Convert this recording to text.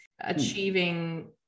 achieving